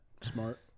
smart